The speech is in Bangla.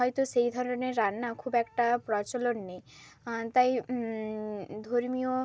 হয়তো সেই ধরনের রান্না খুব একটা প্রচলন নেই তাই ধর্মীয়